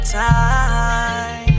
time